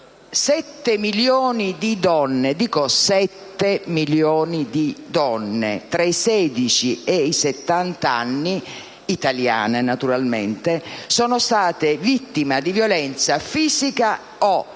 7 milioni di donne - dico 7 milioni di donne - tra i 16 e i 70 anni, italiane naturalmente, sono state vittime di violenza fisica o